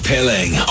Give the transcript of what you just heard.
Pilling